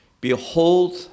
behold